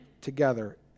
together